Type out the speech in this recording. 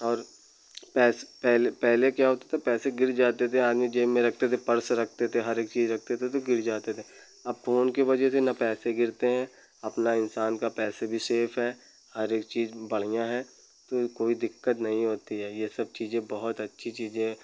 और पैसे पहले पहले क्या होता था पैसे गिर जाते थे आदमी जेब में रखते थे पर्स रखते थे हर एक चीज़ रखते थे तो गिर जाते थे अब फोन की वजह से न पैसे गिरते हैं अपना इंसान का पैसे भी सेफ है हर एक चीज़ बढ़िया है तो कोई दिक्क़त नहीं होती है ये सब चीज़ें बहुत अच्छी चीज़ें